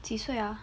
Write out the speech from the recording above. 几岁 ah